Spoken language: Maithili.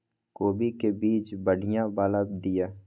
कोबी के बीज बढ़ीया वाला दिय?